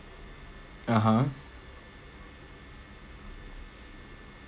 (uh huh)